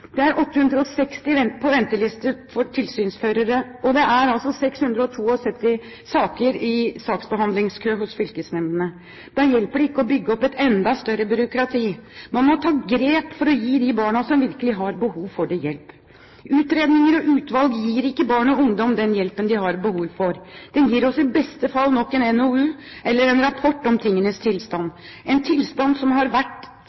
Det er 860 på venteliste for tilsynsførere. Det er 672 saker i saksbehandlingskø hos fylkesnemndene. Da hjelper det ikke å bygge opp et enda større byråkrati. Man må ta grep for å gi hjelp til de barna som virkelig har behov for det. Utredninger og utvalg gir ikke barn og ungdom den hjelpen de har behov for. Det gir oss i beste fall nok en NOU eller en rapport om tingenes tilstand, en tilstand som har vært